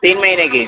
تین مہینے کی